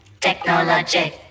technologic